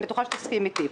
אני בטוחה שתסכים איתי,